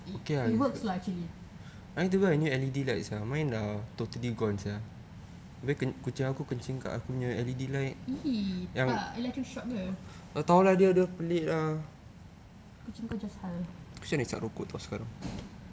it works lah actually !eww! tak elektrik shock ke kucing kau just hal